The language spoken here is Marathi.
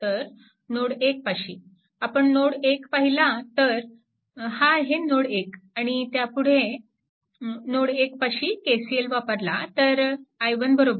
तर नोड 1 पाशी आपण नोड 1 पाहिला तर हा आहे नोड 1 आणि त्यापुढे नोड 1 पाशी KCL वापरला तर i1 काय होईल